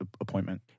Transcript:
appointment